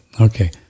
okay